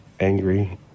angry